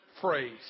phrase